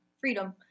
freedom